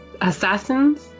assassins